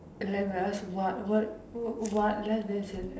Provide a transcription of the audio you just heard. like we ask what what what then she she is like